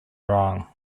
wrong